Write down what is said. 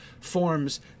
forms